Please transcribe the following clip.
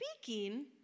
speaking